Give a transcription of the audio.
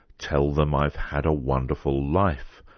tell them i've had a wonderful life.